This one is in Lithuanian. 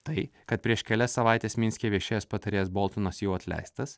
tai kad prieš kelias savaites minske viešėjęs patarėjas boltonas jau atleistas